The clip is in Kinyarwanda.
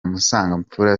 musangamfura